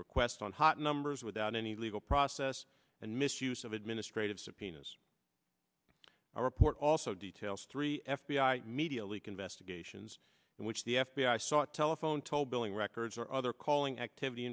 requests on hot numbers without any legal process and misuse of administrative subpoenas a report also details three f b i media leak investigations in which the f b i sought telephone toll billing records or other calling activity